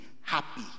happy